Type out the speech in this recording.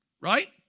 right